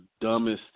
dumbest